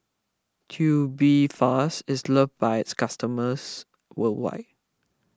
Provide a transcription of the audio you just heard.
Tubifast is loved by its customers worldwide